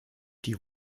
die